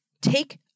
take